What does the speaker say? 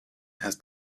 has